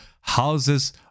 houses